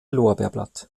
lorbeerblatt